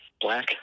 black